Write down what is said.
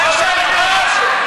היושבת-ראש.